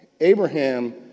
Abraham